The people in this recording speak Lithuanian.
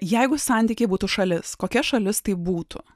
jeigu santykiai būtų šalis kokia šalis taip būtų